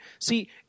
See